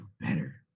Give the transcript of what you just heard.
better